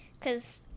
cause